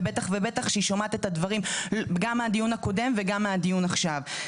ובטח ובטח שהיא שומעת את הדברים גם מהדיון הקודם וגם מהדיון הזה.